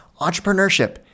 Entrepreneurship